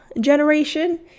generation